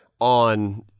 on